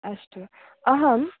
अस्तु अहं